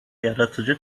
yaratıcı